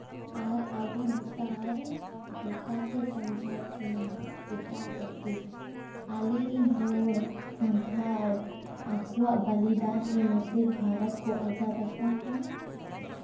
ᱟᱨ ᱟᱵᱚ ᱱᱮᱛᱟᱨ ᱵᱳᱠᱟ ᱠᱚ ᱥᱟᱢᱡᱷᱟᱣᱮᱜ ᱵᱚᱱᱟ ᱮᱴᱟᱜ ᱡᱟᱹᱛᱤ ᱟᱞᱮ ᱨᱮᱱ ᱦᱚᱲ ᱥᱟᱱᱛᱟᱲ ᱟᱠᱚᱣᱟᱜ ᱵᱚᱞᱤᱫᱟᱱ ᱮᱢ ᱠᱟᱛᱮᱫ ᱵᱷᱟᱨᱚᱛ ᱠᱚ ᱟᱡᱟᱫ ᱟᱠᱟᱜᱼᱟ